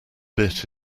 bit